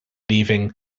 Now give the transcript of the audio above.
leaving